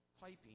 piping